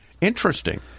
Interesting